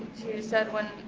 said when